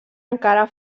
encara